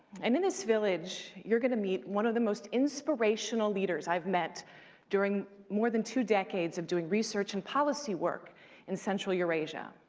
and in this village you're gonna meet one of the most inspirational leaders i've met during more than two decades of doing research and policy work in central eurasia.